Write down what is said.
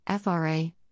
FRA